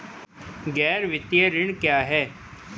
गैर वित्तीय ऋण क्या है?